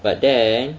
but then